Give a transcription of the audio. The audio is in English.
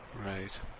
Right